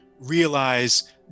realize